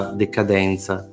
decadenza